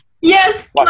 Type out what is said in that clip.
Yes